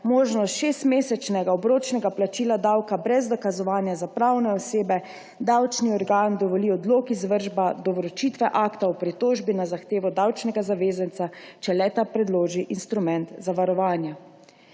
možnost šestmesečnega obročnega plačila davka brez dokazovanja za pravne osebe, davčni organ dovoli odlog izvršbe do vročitve akta o pritožbi na zahtevo davčnega zavezanca, če le-ta predloži instrument zavarovanja.